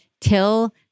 till